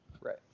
Right